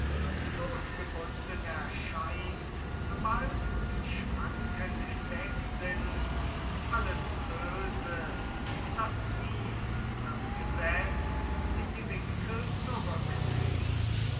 losgebunden erscheint sobald die schranken hinweg sind alles böse das tief das gesetz in die winkel zurücktrieb